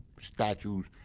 statues